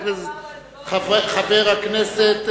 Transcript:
חבר הכנסת